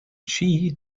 she